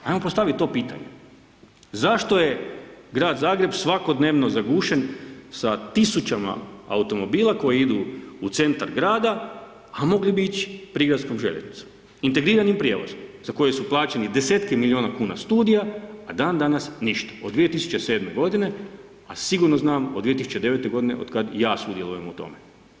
Ajmo postaviti to pitanje zašto je grad Zagreb svakodnevno zagušen sa tisućama automobila koji idu u centar grada a mogli bi ići prigradskom željeznicom, integriranim prijevozom za koje su plaćeni deseci milijuna kuna studija a dan danas ništa, od 2007. godine a sigurno znam od 2009. otkada i ja sudjelujem u tome.